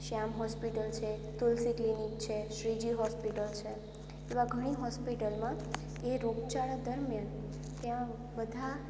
શ્યામ hospital છે Tulsi clinic છે Shriji hospital છે એવાં ઘણી હોસ્પિટલમાં એ રોગચાળા દરમ્યાન ત્યાં બધા